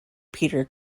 peter